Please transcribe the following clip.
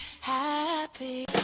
happy